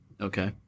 Okay